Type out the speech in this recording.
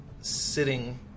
sitting